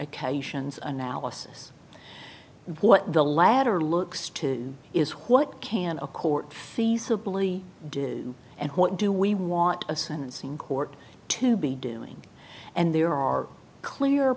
occasions analysis what the latter looks to me is what can a court feasibly do and what do we want a sentencing court to be doing and there are clear